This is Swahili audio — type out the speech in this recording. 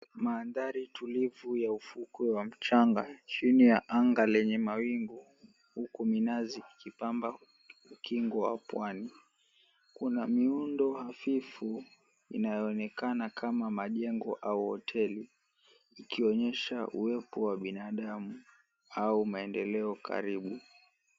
Maandhari tulivu ya ufukwe wa mchanga chini ya anga lenye mawingu huku minazi ikipamba ukingo wa pwani, kuna miundo hafifu inayonekana kama majengo ama hoteli ikionyesha uwepo wa binadamu au maendeleo karibu.